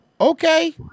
Okay